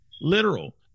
literal